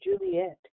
Juliet